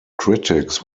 critics